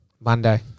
Monday